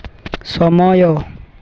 ସମୟ